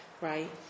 right